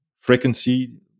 frequency